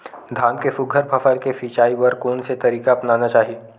धान के सुघ्घर फसल के सिचाई बर कोन से तरीका अपनाना चाहि?